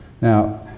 Now